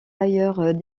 ailleurs